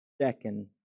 Second